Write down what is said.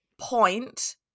point